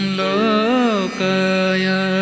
lokaya